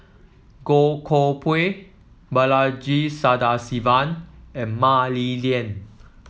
Goh Koh Pui Balaji Sadasivan and Mah Li Lian